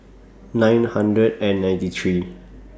nine hundred and ninety three